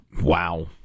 Wow